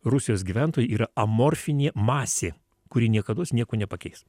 rusijos gyventojai yra amorfinė masė kuri niekados nieko nepakeis